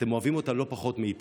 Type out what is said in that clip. אתם אוהבים אותה לא פחות מאיתנו,